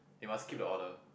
they must keep the order